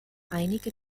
einige